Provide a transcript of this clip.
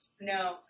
no